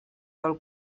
del